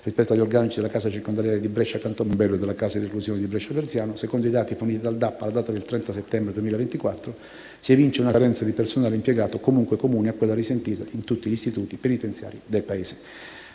rispetto agli organici della casa circondariale di Brescia Canton Mombello e della casa di reclusione di Brescia Verziano, secondo i dati forniti dal DAP, alla data del 30 settembre 2024 si evince una carenza di personale impiegato comunque comune a quella risentita in tutti gli istituti penitenziari del Paese.